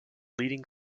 leading